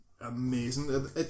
amazing